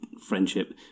friendship –